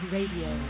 Radio